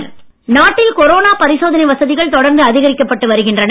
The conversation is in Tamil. கொரோனா பரிசோதனை நாட்டில் கொரோனா பரிசோதனை வசதிகள் தொடர்ந்து அதிகரிக்கப்பட்டு வருகின்றன